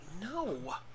No